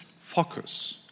focus